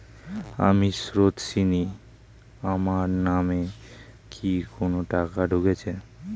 আমি স্রোতস্বিনী, আমার নামে কি কোনো টাকা ঢুকেছে?